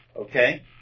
Okay